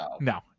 No